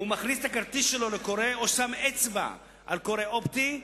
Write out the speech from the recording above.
הוא מכניס את הכרטיס שלו לקורא או שם אצבע על קורא אופטי,